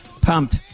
pumped